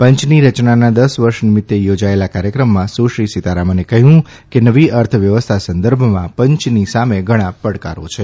પંચની રચનાનાં દસ વર્ષ નિમિત્તે યોજાયેલા કાર્યક્રમમાં સુશ્રી સીતારમણે કહ્યું કે નવી અર્થવ્યવસ્થા સંદર્ભમાં પંયની સામે ઘણા પડકારો છે